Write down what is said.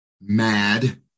mad